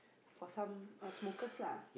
for some err smokers lah